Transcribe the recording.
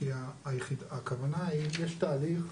יש תהליך